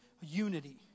unity